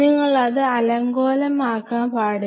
നിങ്ങളത് അലകോലമാക്കാൻ പാടില്ല